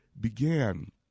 began